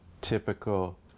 typical